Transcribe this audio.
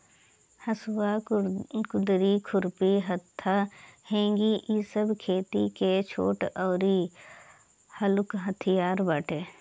हसुआ, कुदारी, खुरपी, हत्था, हेंगी इ सब खेती के छोट अउरी हलुक हथियार बाटे